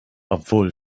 obwohl